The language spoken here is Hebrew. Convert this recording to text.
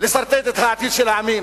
לסרטט את העתיד של העמים.